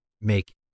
make